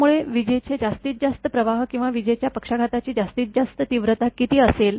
त्यामुळे विजेचे जास्तीत जास्त प्रवाह किंवा विजेच्या पक्षाघाताची जास्तीत जास्त तीव्रता किती असेल